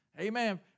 Amen